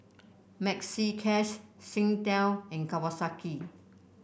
Maxi Cash Singtel and Kawasaki